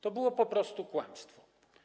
To było po prostu kłamstwo.